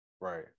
Right